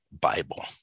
Bible